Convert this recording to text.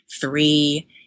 three